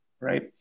right